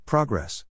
Progress